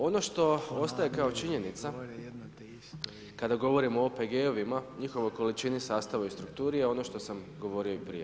Ono što ostaje kao činjenica kada govorimo o OPG-ovima, njihovoj količini sastava i strukturi, ono što sam govorio i prije.